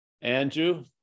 Andrew